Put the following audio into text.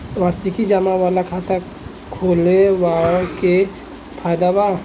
वार्षिकी जमा वाला खाता खोलवावे के का फायदा बा?